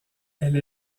elle